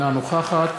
אינה נוכחת